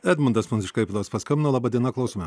edmundas mums iš klaipėdos paskambino laba diena klausime